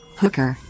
hooker